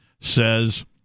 says